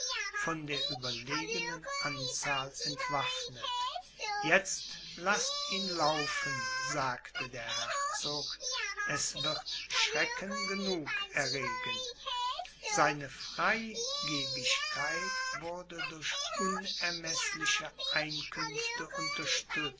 von der überlegenen anzahl entwaffnet jetzt laßt ihn laufen sagte der herzog es wird schrecken genug erregen seine freigebigkeit wurde durch unermeßliche einkünfte